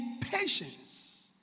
patience